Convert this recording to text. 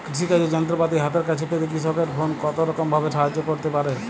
কৃষিকাজের যন্ত্রপাতি হাতের কাছে পেতে কৃষকের ফোন কত রকম ভাবে সাহায্য করতে পারে?